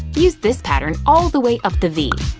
use this pattern all the way up the v.